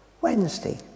Wednesday